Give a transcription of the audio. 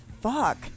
fuck